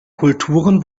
kulturen